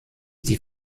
die